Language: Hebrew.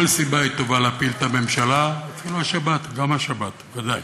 גם השבת, ודאי.